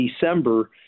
December